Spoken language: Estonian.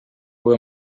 kui